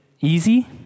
easy